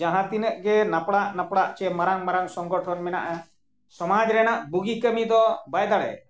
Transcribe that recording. ᱡᱟᱦᱟᱸ ᱛᱤᱱᱟᱹᱜ ᱜᱮ ᱱᱟᱯᱲᱟᱜ ᱱᱟᱯᱲᱟᱜ ᱥᱮ ᱢᱟᱨᱟᱝ ᱢᱟᱨᱟᱝ ᱥᱚᱝᱜᱚᱴᱷᱚᱱ ᱢᱮᱱᱟᱜᱼᱟ ᱥᱚᱢᱟᱡᱽ ᱨᱮᱱᱟᱜ ᱵᱩᱜᱤ ᱠᱟᱹᱢᱤ ᱫᱚ ᱵᱟᱭ ᱫᱟᱲᱮ